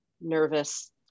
nervous